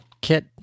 kit